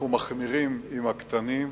אנחנו מחמירים עם הקטנים,